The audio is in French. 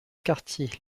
cartier